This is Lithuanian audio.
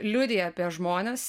liudija apie žmones